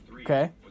Okay